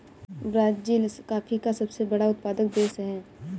Brazil coffee का सबसे बड़ा उत्पादक देश है